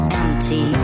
empty